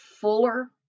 fuller